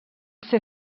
ser